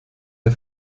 der